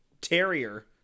terrier